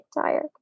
tired